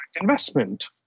investment